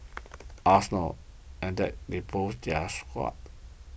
arsenal and that's they boost their squad